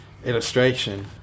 Illustration